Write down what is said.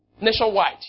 nationwide